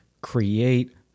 create